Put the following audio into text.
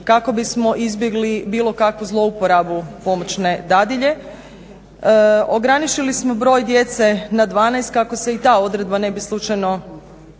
kako bismo izbjegli bilo kakvu zlouporabu pomoćne dadilje. Ograničili smo broj djece na 12 kako se i ta odredba ne bi slučajno